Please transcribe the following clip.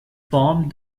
formed